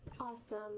Awesome